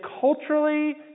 culturally